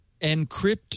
encrypt